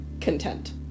content